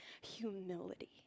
humility